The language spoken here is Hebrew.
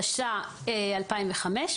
התשס"ה-2005,